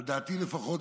על דעתי לפחות,